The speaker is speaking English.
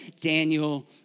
Daniel